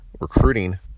recruiting